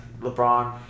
LeBron